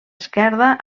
esquerda